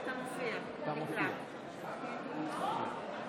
תמיד אמרתי, מה זה נותן, הצבעה חוזרת.